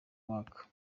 uwaka